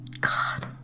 God